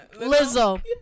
Lizzo